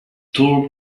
talk